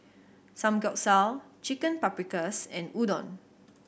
Samgyeopsal Chicken Paprikas and Udon